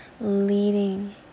leading